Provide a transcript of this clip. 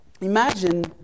Imagine